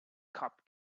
cop